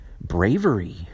bravery